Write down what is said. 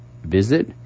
visit